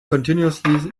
continuously